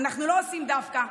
אנחנו לא עושים דווקא,